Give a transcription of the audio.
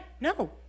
no